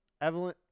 Evelyn